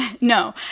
no